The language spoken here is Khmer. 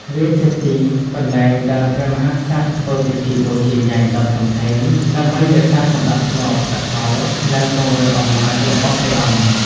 វាជាទីកន្លែងដែលព្រះមហាក្សត្រធ្វើពិធីបូជាយញ្ញដ៏ធំធេង ដើម្បីរក្សាសណ្តាប់ធ្នាប់សកល និងពង្រឹងអំណាចរបស់ព្រះអង្គ។